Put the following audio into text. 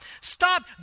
stop